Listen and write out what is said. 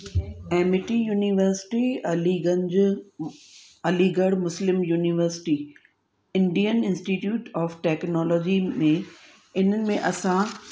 Amity University Aliganj Aligarh Muslim University Indian Institute of Technology में हिननि में असां